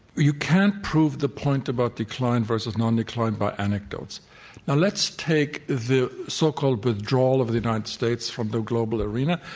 you can't prove the point about decline versus non-decline by anecdotes. now let's take the so-called withdrawal of the united states from the global arena,